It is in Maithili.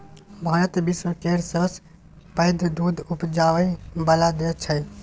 भारत विश्व केर सबसँ पैघ दुध उपजाबै बला देश छै